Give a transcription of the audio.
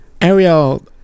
Ariel